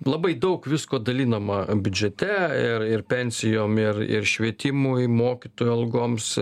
labai daug visko dalinama biudžete ir ir pensijom ir ir švietimui mokytojų algoms